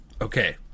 Okay